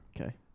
Okay